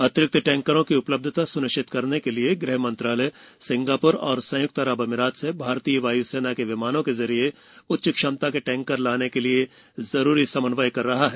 अतिरिक्त टैंकरों की उपलब्धता स्निश्चित करने के लिए गृह मंत्रालय सिंगाप्र और संयुक्त अरब अमारात से भारतीय वाय्सेना के विमानों के जरिए उच्च क्षमता के टैंकर लाने के लिए जरूरी समन्वय कर रहा है